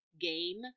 game